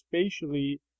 spatially